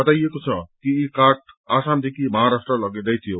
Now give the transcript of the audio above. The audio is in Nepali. बताइएको छ कि यी काठहरू आसामदेखि महाराष्ट्र लगिदैथियो